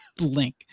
link